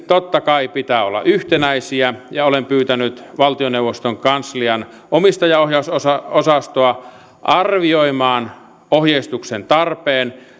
totta kai pitää olla yhtenäisiä ja olen pyytänyt valtioneuvoston kanslian omistajaohjausosastoa arvioimaan ohjeistuksen tarpeen